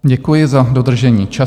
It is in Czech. Děkuji za dodržení času.